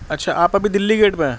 اچھا آپ ابھی دہلی گیٹ پہ ہیں